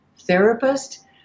therapist